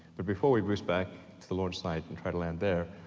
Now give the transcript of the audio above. but before we boost back to the launch site and try to land there,